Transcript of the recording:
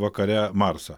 vakare marsą